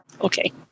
Okay